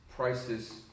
prices